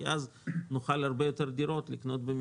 כי אז נוכל לקנות הרבה יותר דירות באופן